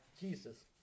Jesus